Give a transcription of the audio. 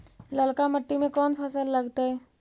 ललका मट्टी में कोन फ़सल लगतै?